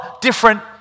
different